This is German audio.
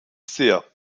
sehr